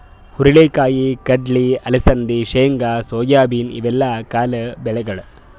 ಹುರಳಿ ಕಾಯಿ, ಕಡ್ಲಿ, ಅಲಸಂದಿ, ಶೇಂಗಾ, ಸೋಯಾಬೀನ್ ಇವೆಲ್ಲ ಕಾಳ್ ಬೆಳಿಗೊಳ್